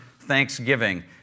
Thanksgiving